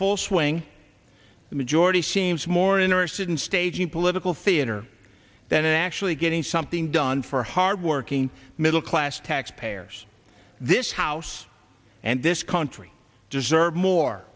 full swing the majority seems more interested in staging political theater than actually getting something done for hardworking middle class taxpayers this house and this country deserve more